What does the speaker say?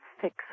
fix